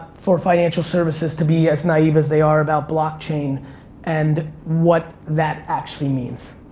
for financial services to be as naive as they are about blockchain and what that actually means.